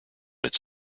its